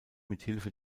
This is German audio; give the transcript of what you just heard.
mithilfe